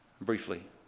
briefly